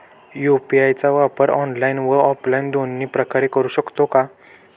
UPI चा वापर online व ऑफलाईन दोन्ही प्रकारे करु शकतो का?